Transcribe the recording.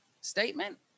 statement